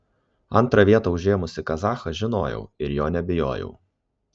antrą vietą užėmusį kazachą žinojau ir jo nebijojau